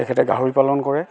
তেখেতে গাহৰি পালন কৰে